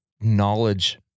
knowledge